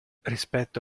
rispetto